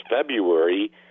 February